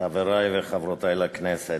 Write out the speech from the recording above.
חברי וחברותי לכנסת,